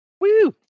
Woo